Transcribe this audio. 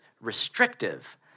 restrictive